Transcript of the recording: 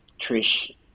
Trish